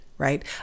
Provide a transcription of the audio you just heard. Right